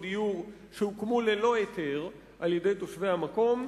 דיור שהוקמו ללא היתר על-ידי תושבי המקום.